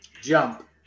Jump